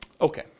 Okay